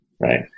right